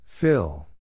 Fill